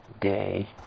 Day